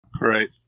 Right